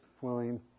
willing